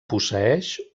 posseeix